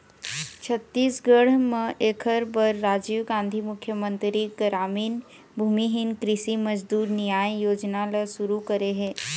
छत्तीसगढ़ म एखर बर राजीव गांधी मुख्यमंतरी गरामीन भूमिहीन कृषि मजदूर नियाय योजना ल सुरू करे हे